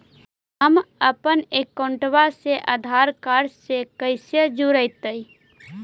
हमपन अकाउँटवा से आधार कार्ड से कइसे जोडैतै?